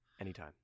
Anytime